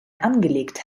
angelegt